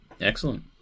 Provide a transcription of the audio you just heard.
Excellent